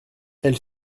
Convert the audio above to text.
elle